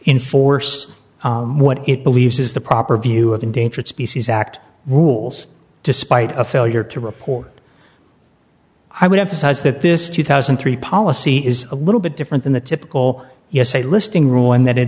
enforce what it believes is the proper view of endangered species act rules despite a failure to report i would emphasize that this two thousand and three policy is a little bit different than the typical yes a listing rule in that it